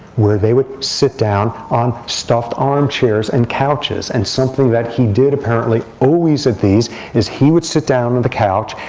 where they would sit down on stuffed armchairs and couches. and something that he did, apparently, always at these is he would sit down on the couch,